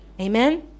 Amen